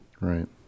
Right